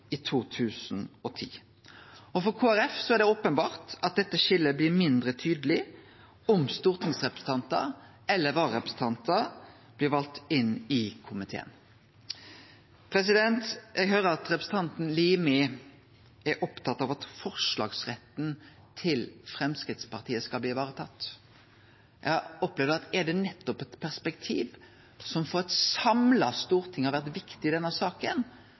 i 2010. For Kristeleg Folkeparti er det openbert at dette skiljet blir mindre tydeleg om stortingsrepresentantar eller vararepresentantar blir valde inn i komiteen. Eg høyrer at representanten Limi er opptatt av at forslagsretten til Framstegspartiet skal bli varetatt. Eg har opplevd at er det eitt perspektiv som for eit samla storting har vore viktig i denne saka,